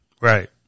Right